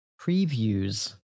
previews